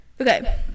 okay